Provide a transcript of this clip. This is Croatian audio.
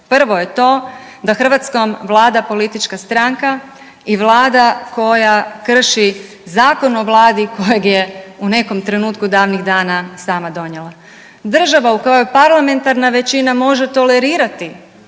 Prvo je to da Hrvatskom vlada politička stranka i vlada koja krši Zakon o Vladi kojeg je u nekom trenutku davnih dana sama donijela. Država u kojoj parlamentarna većina može tolerirati